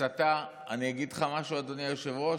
הסתה, אני אגיד לך משהו, אדוני היושב-ראש,